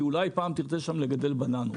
כי אולי פעם תרצה לגדל שם בננות".